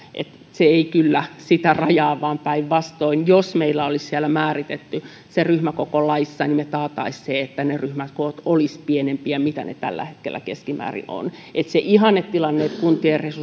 se ei kyllä sitä rajaa vaan päinvastoin jos meillä olisi siellä määritetty se ryhmäkoko laissa me takaisimme sen että ne ryhmäkoot olisivat pienempiä kuin ne tällä hetkellä keskimäärin ovat eli se ihannetilanne että kuntien resurssit